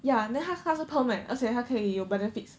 ya and then 他他是 perm leh 而且他可以有 benefits